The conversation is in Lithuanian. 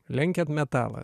lenkiat metalą